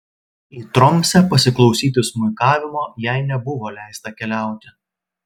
į tromsę pasiklausyti smuikavimo jai nebuvo leista keliauti